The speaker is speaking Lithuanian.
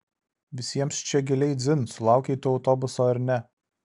visiems čia giliai dzin sulaukei tu autobuso ar ne